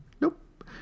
Nope